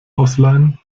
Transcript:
ausleihen